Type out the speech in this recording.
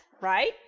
right